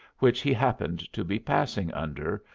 which he happened to be passing under,